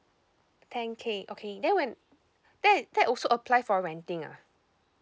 ten K okay then when that that also apply for renting ah